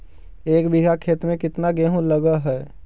एक बिघा खेत में केतना गेहूं लग है?